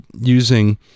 using